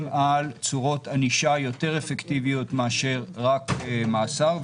על צורות ענישה יותר אפקטיביות מאשר רק מאסר.